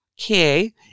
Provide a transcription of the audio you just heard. Okay